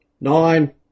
nine